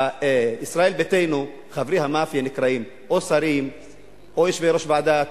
בישראל ביתנו חברי המאפיה נקראים או שרים או יושבי-ראש ועדה,